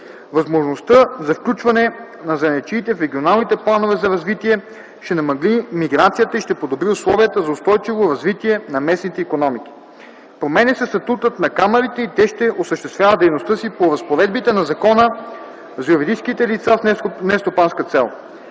Възможността за включване на занаятчиите в регионалните планове за развитие ще намали миграцията и ще подобри условията за устойчиво развитие на местните икономики. Променя се статутът на камарите и те ще осъществяват дейността си по разпоредбите на Закона за юридическите лица с нестопанска цел.